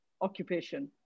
occupation